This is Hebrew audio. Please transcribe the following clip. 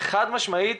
חד משמעית